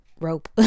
rope